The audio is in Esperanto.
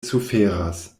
suferas